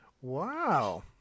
Wow